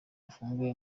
afunguye